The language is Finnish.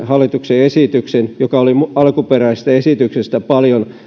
hallituksen esityksen joka oli alkuperäisestä esityksestä paljon